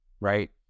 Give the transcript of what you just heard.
right